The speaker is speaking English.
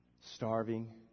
starving